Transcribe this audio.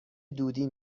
دودی